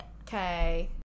Okay